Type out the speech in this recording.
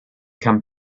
come